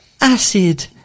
acid